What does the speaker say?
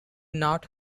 not